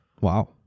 Wow